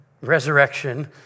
resurrection